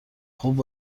خوب